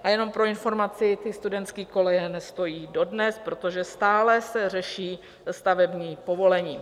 A jenom pro informaci, ty studentské koleje nestojí dodnes, protože stále se řeší stavební povolení.